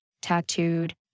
tattooed